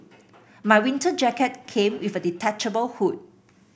my winter jacket came with a detachable hood